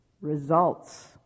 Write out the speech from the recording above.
Results